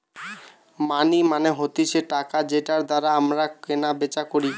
মানি মানে হতিছে টাকা যেটার দ্বারা আমরা কেনা বেচা করি